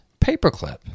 paperclip